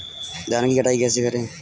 धान की कटाई कैसे करें?